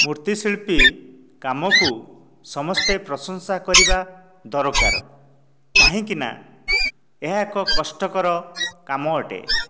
ମୂର୍ତ୍ତିଶିଳ୍ପି କାମକୁ ସମସ୍ତେ ପ୍ରଶଂସା କରିବା ଦରକାର କାହିଁକିନା ଏହା ଏକ କଷ୍ଟକର କାମ ଅଟେ